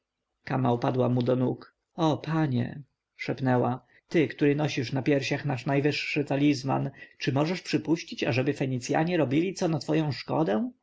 upadła mu do nóg o panie szepnęła ty który nosisz na piersiach nasz najwyższy talizman czy możesz przypuścić ażeby fenicjanie robili co na twoją szkodę